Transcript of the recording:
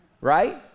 right